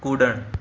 कुड॒णु